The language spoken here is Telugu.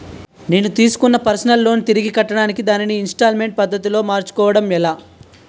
నేను తిస్కున్న పర్సనల్ లోన్ తిరిగి కట్టడానికి దానిని ఇంస్తాల్మేంట్ పద్ధతి లో మార్చుకోవడం ఎలా?